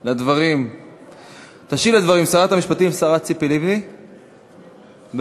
על הדברים שרת המשפטים ציפי לבני, בבקשה.